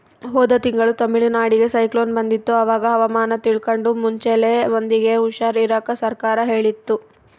ಹೋದ ತಿಂಗಳು ತಮಿಳುನಾಡಿಗೆ ಸೈಕ್ಲೋನ್ ಬಂದಿತ್ತು, ಅವಾಗ ಹವಾಮಾನ ತಿಳ್ಕಂಡು ಮುಂಚೆಲೆ ಮಂದಿಗೆ ಹುಷಾರ್ ಇರಾಕ ಸರ್ಕಾರ ಹೇಳಿತ್ತು